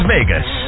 Vegas